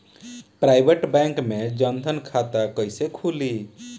Private bank मे जन धन खाता कैसे खुली?